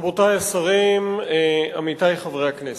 רבותי השרים, עמיתי חברי הכנסת,